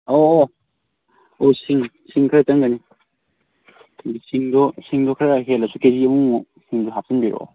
ꯑꯣ ꯑꯣ ꯑꯣ ꯁꯤꯡ ꯁꯤꯡ ꯈꯔ ꯆꯪꯒꯅꯤ ꯁꯤꯡꯗꯣ ꯁꯤꯡꯗꯣ ꯈꯔ ꯍꯦꯜꯂꯁꯨ ꯀꯦ ꯖꯤ ꯑꯃꯃꯨꯛ ꯁꯤꯡꯗꯨ ꯍꯥꯞꯆꯤꯟꯕꯤꯔꯛꯑꯣ